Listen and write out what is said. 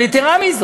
אבל יתרה מזאת,